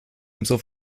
umso